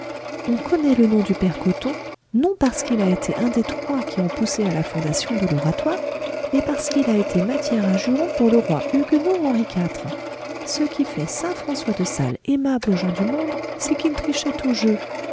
on connaît le nom du père coton non parce qu'il a été un des trois qui ont poussé à la fondation de l'oratoire mais parce qu'il a été matière à juron pour le roi huguenot henri iv ce qui fait saint françois de sales aimable aux gens du monde c'est qu'il trichait au jeu